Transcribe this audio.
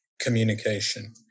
Communication